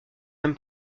même